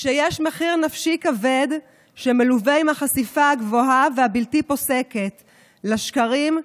שיש מחיר נפשי כבד שמלווה עם החשיפה הגבוהה והבלתי-פוסקת לשקרים,